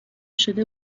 شده